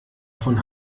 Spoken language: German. von